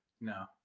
No